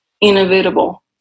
inevitable